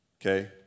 Okay